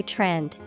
Trend